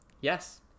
Yes